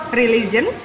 religion